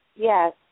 Yes